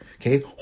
okay